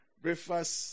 breakfast